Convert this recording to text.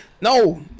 No